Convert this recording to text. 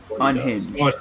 Unhinged